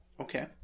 okay